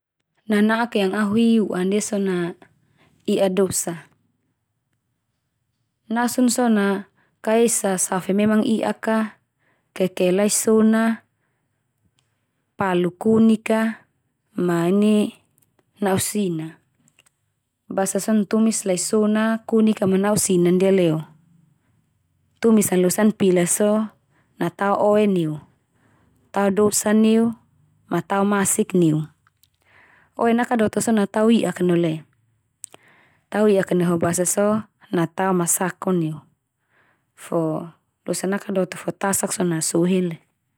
Nana'ak yang au hi u'an ndia so na i'a dosa. Nasun so na ka esa save memang i'ak a, keke laisona, palu kunik a, ma ini na'u sina. Basa son na tumis lai sona, kunik a ma na'u sina ndia leo. Tumis an losa an pila so, na tao oe neu, tao dosa neu, ma tao masik neu. Oe nakadoto so na tao i'ak ka neu leo. Tao i'ak ka neu fo, basa so na tao masako neu fo losa nakadoto fo tasak so na sou hen le.